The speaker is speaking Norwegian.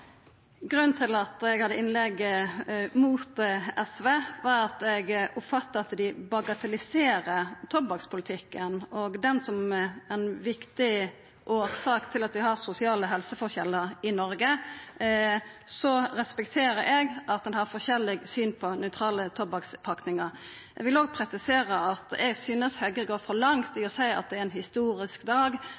Grunnen til at eg hadde innlegg mot SV, var at eg oppfattar at dei bagatelliserer tobakkspolitikken som ei viktig årsak til at vi har sosiale helseforskjellar i Noreg. Så respekterer eg at ein har forskjellig syn på nøytrale tobakkspakningar. Eg vil òg presisera at eg synest Høgre går for langt med å seia at det er ein historisk dag,